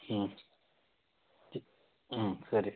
ಹ್ಞೂ ಹ್ಞೂ ಸರಿ